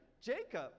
jacob